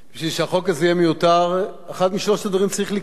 בשביל שהחוק הזה יהיה מיותר אחד משלושת הדברים צריך לקרות: